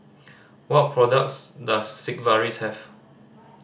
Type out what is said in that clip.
what products does Sigvaris have